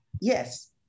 yes